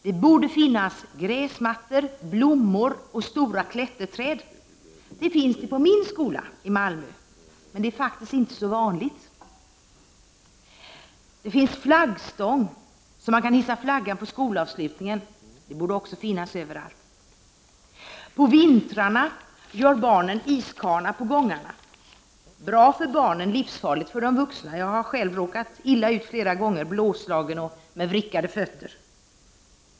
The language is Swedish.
Det borde finnas gräsmattor, 121 blommor och stora klätterträd på dem. Det finns det i min skola i Malmö, men det är faktiskt inte så vanligt. Det finns en flaggstång, så att man kan hissa flaggan på skolavslutningen. Det borde det också finnas överallt. På vintrarna gör barnen iskana på gångarna. Det är bra för barnen, men livsfarligt för de vuxna. Jag har själv råkat illa ut flera gånger och blivit blåslagen och fått vrickade fötter.